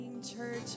Church